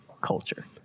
culture